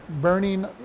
burning